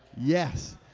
yes